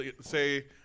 say